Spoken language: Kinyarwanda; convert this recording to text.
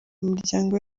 miryango